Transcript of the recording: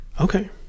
Okay